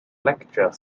lecture